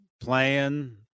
playing